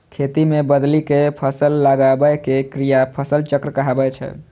खेत मे बदलि कें फसल लगाबै के क्रिया फसल चक्र कहाबै छै